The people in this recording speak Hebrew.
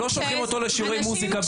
לא שולחים אותו לשיעורי מוסיקה בגיל שנה וחצי.